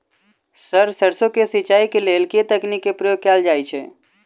Sir सैरसो केँ सिचाई केँ लेल केँ तकनीक केँ प्रयोग कैल जाएँ छैय?